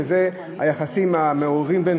שזה היחסים המעורערים בין